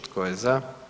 Tko je za?